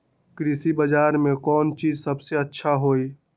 कृषि बजार में कौन चीज सबसे अच्छा होई?